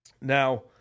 now